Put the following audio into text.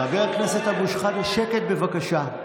חבר הכנסת אבו שחאדה, שקט, בבקשה.